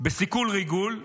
בסיכול ריגול,